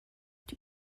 die